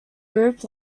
group